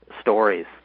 stories